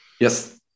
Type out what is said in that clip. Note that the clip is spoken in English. Yes